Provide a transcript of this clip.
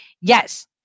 Yes